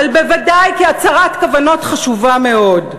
אבל בוודאי כהצהרת כוונות חשובה מאוד,